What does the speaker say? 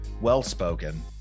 well-spoken